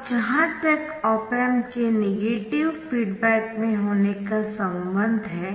अब जहां तक ऑप एम्प के नेगेटिव फीडबैक में होने का संबंध है